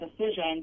decision